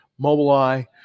Mobileye